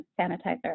sanitizer